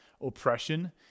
oppression